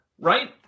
right